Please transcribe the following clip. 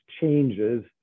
changes